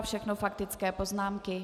Všechno faktické poznámky.